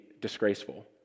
disgraceful